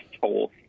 toll